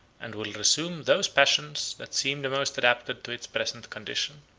and will resume those passions that seem the most adapted to its present condition.